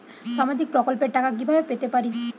সামাজিক প্রকল্পের টাকা কিভাবে পেতে পারি?